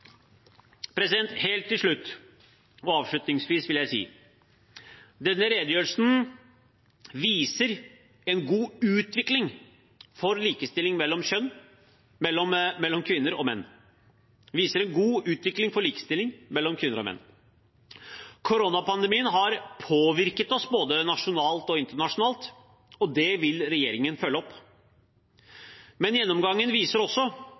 Avslutningsvis: Denne redegjørelsen viser en god utvikling for likestilling mellom kvinner og menn. Koronapandemien har påvirket oss både nasjonalt og internasjonalt, og det vil regjeringen følge opp. Men gjennomgangen viser også